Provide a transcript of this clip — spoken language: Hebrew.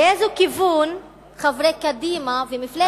באיזה כיוון חברי קדימה ומפלגת קדימה,